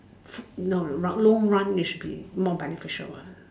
food no no long run it should be more beneficial ah